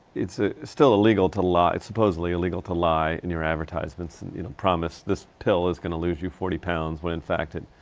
it's ah, still illegal to lie supposedly illegal to lie in your advertisements and you know, promise this pill is gonna lose you forty pounds when in fact it,